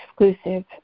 exclusive